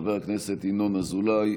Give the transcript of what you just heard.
חבר הכנסת ינון אזולאי,